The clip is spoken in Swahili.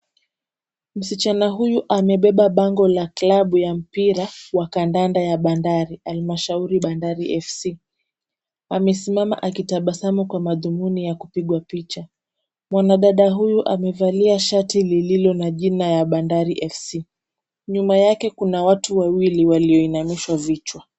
Msichana huyu amebeba bango la kilabu ya mpira wa kandanda ya Bandari, almashauri Bandari FC, amesimama akitabasamu kwa madhumuni ya kupigwa picha. Mwanadada huyu amevalia shati lililo na jina ya Bandari FC, nyuma yake kuna watu wawili walioinamisha vichwa.